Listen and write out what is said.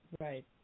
right